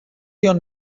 your